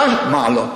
מה לא?